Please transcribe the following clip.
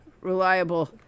reliable